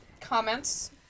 Comments